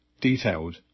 detailed